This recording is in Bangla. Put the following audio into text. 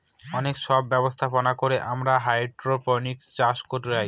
অনেক সব ব্যবস্থাপনা করে আমরা হাইড্রোপনিক্স চাষ করায়